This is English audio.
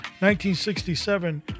1967